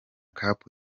cup